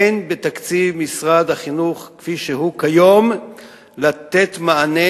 אין בתקציב משרד החינוך כפי שהוא כיום כדי לתת מענה,